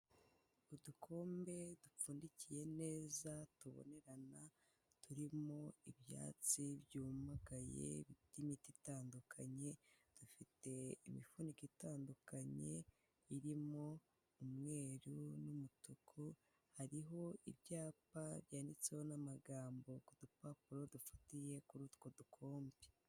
Udukombe dupfundikiye neza tubonerana turimo ibyatsi byumagaye by'imiti itandukanye, dufite imifuniko itandukanye irimo umweru n'umutuku, hariho ibyapa byanditseho n'amagambo ku dupapuro dufatiye kuri utwo dukombe.